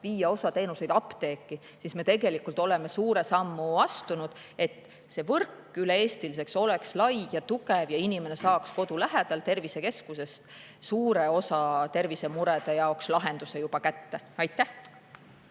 viia osa teenuseid apteeki, siis me tegelikult oleme suure sammu astunud, et see võrk üle-eestiliselt oleks lai ja tugev ja inimene saaks kodu lähedal tervisekeskuses suure osa tervisemurede jaoks lahenduse juba kätte. Aitäh!